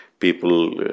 People